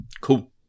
Cool